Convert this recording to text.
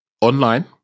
online